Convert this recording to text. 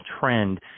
trend